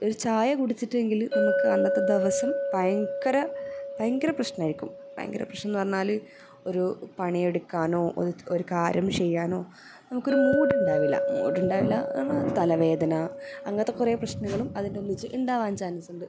ഒരു ചായ കുടിച്ചിട്ടില്ലെങ്കിൽ നമുക്ക് അന്നത്തെ ദിവസം ഭയങ്കര ഭയങ്കര പ്രശ്നമായേക്കും ഭയങ്കര പ്രശ്നമെന്ന് പറഞ്ഞാൽ ഒരു പണിയെടുക്കാനോ ഒരു കാര്യം ചെയ്യാനോ നമുക്കൊരു മൂഡ് ഉണ്ടാവില്ല മൂഡ് ഉണ്ടാവില്ല എന്ന് തലവേദന അങ്ങനത്തെ കുറേ പ്രശ്നങ്ങളും അതിന്റെയൊന്നിച്ച് ഉണ്ടാവാൻ ചാൻസുണ്ട്